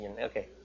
Okay